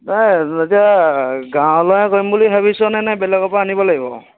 নাই এতিয়া গাঁৱৰ ল'ৰাই কৰিম বুলি ভাবিছ নে নে বেলেগৰ পৰা আনিব লাগিব